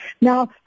Now